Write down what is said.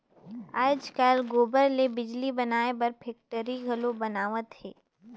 आयज कायल गोबर ले बिजली बनाए बर फेकटरी घलो बनावत हें